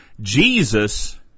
Jesus